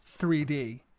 3D